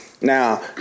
Now